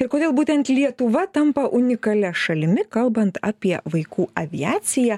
ir kodėl būtent lietuva tampa unikalia šalimi kalbant apie vaikų aviaciją